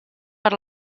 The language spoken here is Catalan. per